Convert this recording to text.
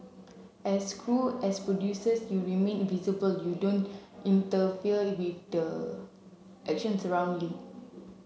as crew as producers you remain invisible you don't interfere with the actions around you